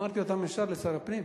אמרתי אותם ישר לשר הפנים.